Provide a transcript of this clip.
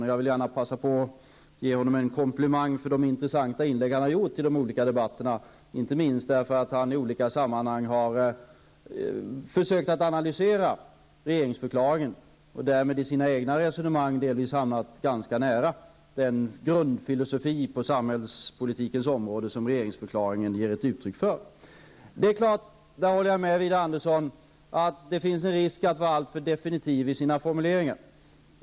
Jag vill samtidigt passa på att ge honom en komplimang för de intressanta inlägg som han har gjort i de olika debatterna, inte minst för att han i olika sammanhang har försökt att analysera regeringsförklaringen, och då har han i sina egna resonemang hamnat ganska nära den grundfilosofi i fråga om samhällspolitiken som regeringsförklaringen ger uttryck för. Jag håller med Widar Andersson om att det finns en risk för att man är alltför definitiv i sina formuleringar.